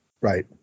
Right